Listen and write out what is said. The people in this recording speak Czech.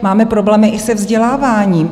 Máme problémy i se vzděláváním.